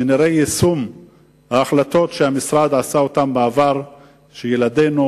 שנראה יישום החלטות שהמשרד קיבל בעבר ושילדינו